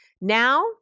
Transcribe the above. Now